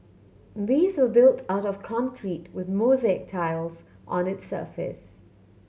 these were built out of concrete with mosaic tiles on its surface